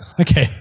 Okay